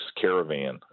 caravan